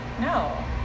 No